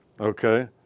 Okay